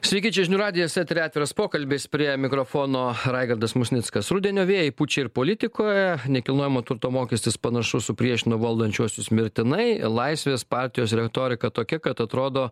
sveiki čia žinių radijas eteryje atviras pokalbis prie mikrofono raigardas musnickas rudenio vėjai pučia ir politikoje nekilnojamo turto mokestis panašu supriešino valdančiuosius mirtinai laisvės partijos retorika tokia kad atrodo